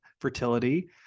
fertility